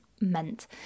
meant